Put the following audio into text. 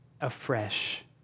afresh